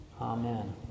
Amen